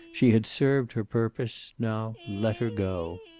she had served her purpose, now let her go.